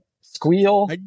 squeal